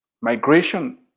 migration